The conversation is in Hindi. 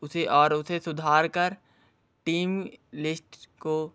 उसे और उसे सुधार कर टीम लिस्ट को